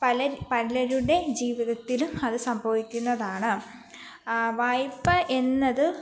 പലര് പലരുടെ ജീവിതത്തിലും അത് സംഭവിക്കുന്നതാണ് വായ്പ എന്നത്